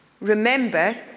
Remember